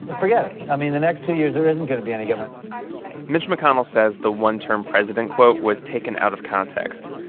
forget it. i mean, the next two years, there isn't going to be any governing mitch mcconnell says the one-term president quote was taken out of context,